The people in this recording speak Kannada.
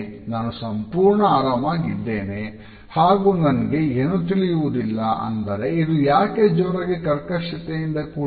ನಾನು ಸಂಪೂರ್ಣ ಆರಾಮಾಗಿದ್ದೇನೆ ಹಾಗು ನಂಗೆ ಏನು ತಿಳಿಯುವುದಿಲ್ಲ ಅಂದರೆ ಇದು ಯಾಕೆ ಜೋರಾಗಿ ಕರ್ಕಶತೆಯಿಂದ ಕೂಡಿದೆ